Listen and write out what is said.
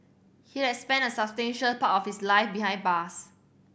he had spent a substantial part of his life behind bars